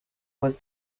was